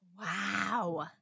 Wow